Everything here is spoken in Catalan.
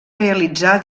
realitzà